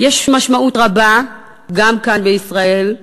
יש משמעות רבה, גם כאן בישראל,